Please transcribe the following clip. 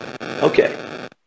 Okay